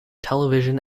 television